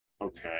Okay